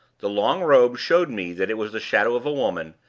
the long robe showed me that it was the shadow of a woman,